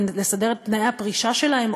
לסדר את תנאי הפרישה שלהם,